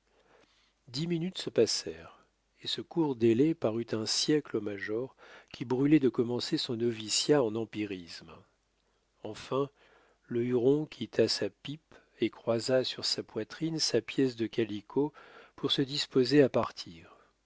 dix minutes se passèrent et ce court délai parut un siècle au major qui brûlait de commencer son noviciat en empirisme enfin le huron quitta sa pipe et croisa sur sa poitrine sa pièce de calicot pour se disposer à partir